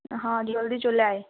হ্যাঁ জলদি চলে আয়